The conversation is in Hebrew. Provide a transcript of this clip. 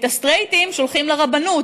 את הסטרייטים שולחים לרבנות.